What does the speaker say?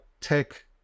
tech